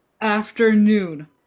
afternoon